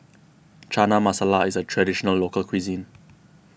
Chana Masala is a Traditional Local Cuisine